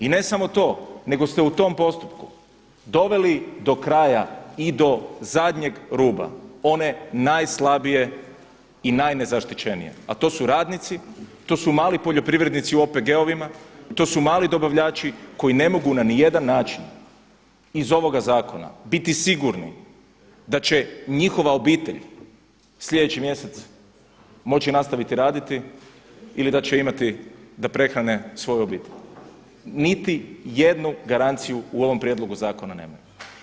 I ne samo to nego ste u tom postupku doveli do kraja i do zadnjeg ruba one najslabije i najnezaštićenije, a to radnici, to su mali poljoprivrednici u OPG-ovim, to su mali dobavljači koji ne mogu na nijedan način iz ovoga zakona biti sigurni da će njihova obitelj sljedeći mjesec moći nastaviti raditi ili da će imati da prehrane svoju obitelj, niti jednu garanciju u ovom prijedlogu zakona nemaju.